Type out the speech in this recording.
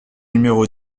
numéro